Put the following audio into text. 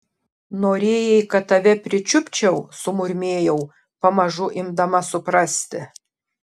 norėjai kad tave pričiupčiau sumurmėjau pamažu imdama suprasti